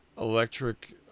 electric